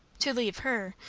to leave her,